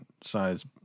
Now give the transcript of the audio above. size